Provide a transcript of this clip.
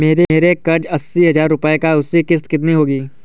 मेरा कर्ज अस्सी हज़ार रुपये का है उसकी किश्त कितनी होगी?